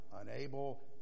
unable